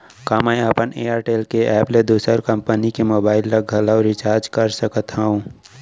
का मैं अपन एयरटेल के एप ले दूसर कंपनी के मोबाइल ला घलव रिचार्ज कर सकत हव?